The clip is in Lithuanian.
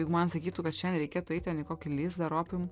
jeigu man sakytų kad šiandien reikėtų eit ten į kokį lizdą ar opium